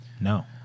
No